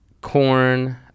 corn